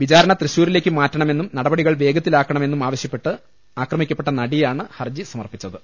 വിചാരണ തൃശൂരിലേക്ക് മാറ്റണമെന്നും നടപടി കൾ വേഗത്തിലാക്കണമെന്നും ആവശ്യപ്പെട്ട് ആക്രമിക്കപ്പെട്ട നടിയാണ് ഹർജി സമർപ്പിച്ചത്